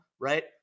right